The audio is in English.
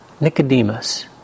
Nicodemus